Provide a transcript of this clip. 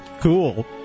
Cool